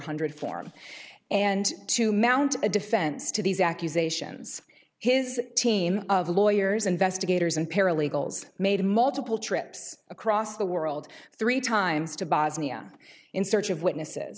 hundred form and to mount a defense to these accusations his team of lawyers investigators and paralegals made multiple trips across the world three times to bosnia in search of witnesses